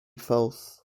false